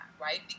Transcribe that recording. right